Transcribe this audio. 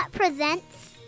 Presents